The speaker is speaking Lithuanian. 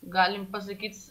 galim pasakyt